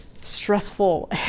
stressful